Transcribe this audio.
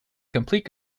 complete